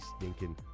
stinking